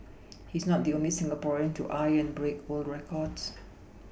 he is not the only Singaporean to eye and break world records